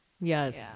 Yes